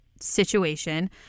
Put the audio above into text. situation